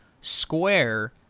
square